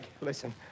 listen